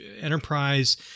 Enterprise